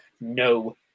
no